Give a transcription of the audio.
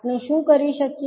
આપણે શું કરી શકીએ